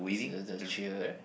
it's the the cheer